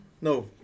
No